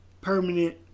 permanent